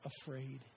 afraid